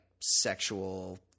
sexual